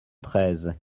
treize